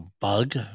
bug